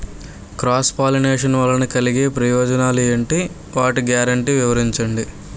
Cross pollination వలన కలిగే ప్రయోజనాలు ఎంటి? వాటి గ్యారంటీ వివరించండి?